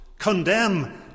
condemn